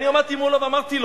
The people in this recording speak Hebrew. אני עמדתי מולו ואמרתי לו,